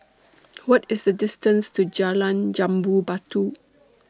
What IS The distance to Jalan Jambu Batu